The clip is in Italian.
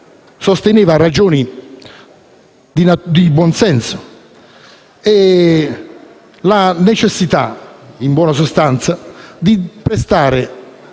sostenuto ragioni di buon senso e la necessità, in buona sostanza, di prestare